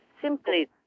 simply